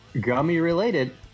gummy-related